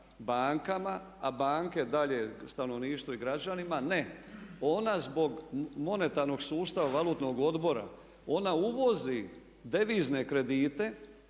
bankama a banke dalje stanovništvo i građanima. Ne ona zbog monetarnog sustava valutnog odbora, ona uvozi devizne kredite